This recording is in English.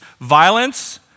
violence